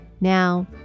now